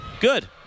Good